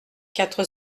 quatre